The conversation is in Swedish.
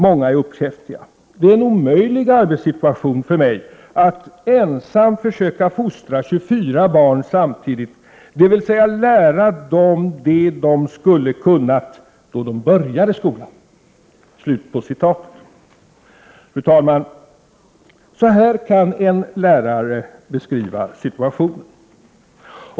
Många är uppkäftiga. Det är en omöjlig arbetssituation för mig att ensam försöka fostra 24 barn samtidigt, dvs. lära dem det de skulle kunnat, då de började skolan.” Fru talman! Så här kan en lärare beskriva situationen.